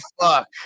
fuck